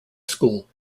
school